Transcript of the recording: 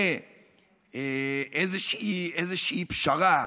לאיזושהי פשרה